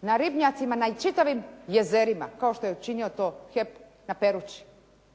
na ribnjacima, na čitavim jezerima kao što je učinio to HEP na Peruči.